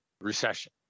recession